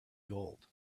gold